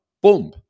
Boom